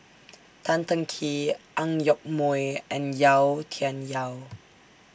Tan Teng Kee Ang Yoke Mooi and Yau Tian Yau